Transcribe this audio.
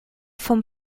vom